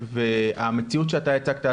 והמציאות שאתה הצגת,